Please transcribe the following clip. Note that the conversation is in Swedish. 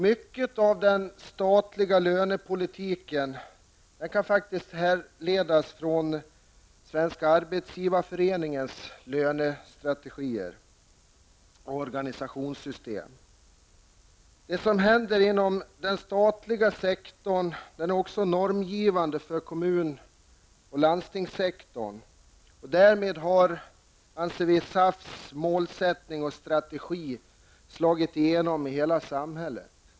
Mycket i den statliga lönepolitiken kan faktiskt härledas från Svenska arbetsgivareföreningens lönestrategier och organisationssystem. Det som händer inom den statliga sektorn är normgivande för kommun och landstingssektorn. Därmed anser vi att SAFs målsättningar och strategi har slagit igenom i hela samhället.